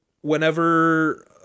whenever